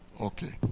Okay